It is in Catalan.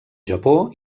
japó